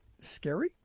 scary